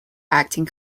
acting